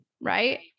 Right